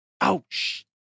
Ouch